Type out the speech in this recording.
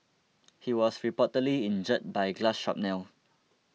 he was reportedly injured by glass shrapnel